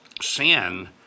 sin